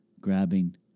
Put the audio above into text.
grabbing